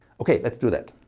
okay let's do that.